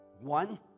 One